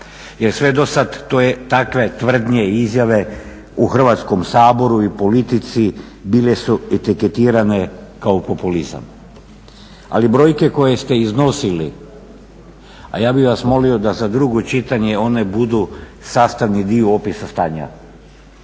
jer sve do sad takve tvrdnje i izjave u Hrvatskom saboru i politici bile su etiketirane kao populizam. Ali brojke koje ste iznosili, a ja bih vas molio da za drugo čitanje one budu sastavni dio opisa stanja.